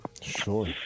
sure